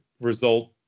result